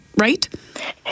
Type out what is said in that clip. right